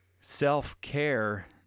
self-care